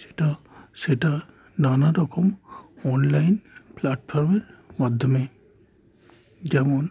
সেটা সেটা নান রকম অনলাইন প্ল্যাটফর্মের মাধ্যমে যেমন